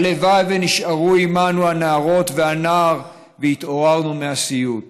הלוואי ונשארו עימנו הנערות והנער והתעוררנו מהסיוט.